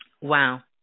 Wow